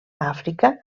àfrica